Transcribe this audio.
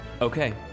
Okay